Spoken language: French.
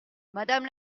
madame